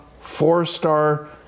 four-star